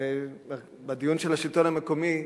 בדיון של השלטון המקומי,